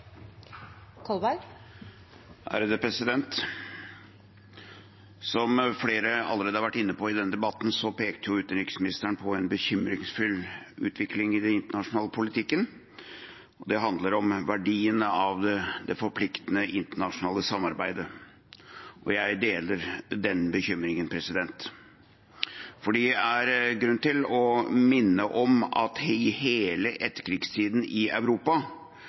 Som flere allerede har vært inne på i denne debatten, peker utenriksministeren på en bekymringsfull utvikling i den internasjonale politikken. Det handler om verdiene av det forpliktende internasjonale samarbeidet. Jeg deler den bekymringen. For det er grunn til å minne om at i hele etterkrigstiden har det forpliktende samarbeidet og organiseringen internasjonalt vært grunnlaget for fred, forsoning og utvikling i Europa,